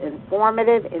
informative